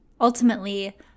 Ultimately